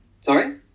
Sorry